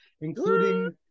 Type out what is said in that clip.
including